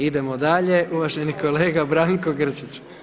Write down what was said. Idemo dalje, uvaženi kolega Branko Grčić.